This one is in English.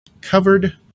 covered